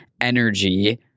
energy